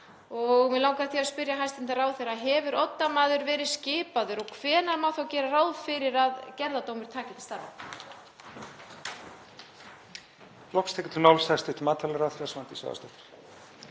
Mig langaði því að spyrja hæstv. ráðherra: Hefur oddamaður verið skipaður og hvenær má þá gera ráð fyrir að gerðardómur taki til starfa?